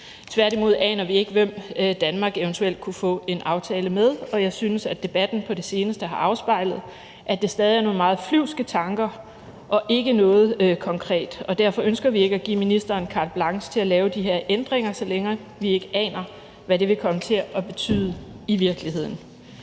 Tværtimod aner vi ikke, hvem Danmark eventuelt kunne få en aftale med, og jeg synes, at debatten på det seneste har afspejlet, at det stadig er nogle meget flyvske tanker og ikke noget konkret. Og derfor ønsker vi ikke at give ministeren carte blanche til at lave de her ændringer, så længe vi ikke aner, hvad det i virkeligheden